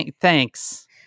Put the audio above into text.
Thanks